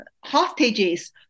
Hostages